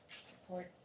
support